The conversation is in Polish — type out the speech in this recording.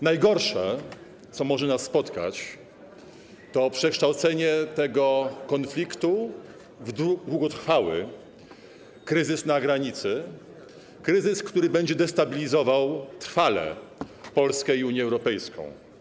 Najgorsze, co może nas spotkać, to przekształcenie tego konfliktu w długotrwały kryzys na granicy, kryzys, który będzie trwale destabilizował Polskę i Unię Europejską.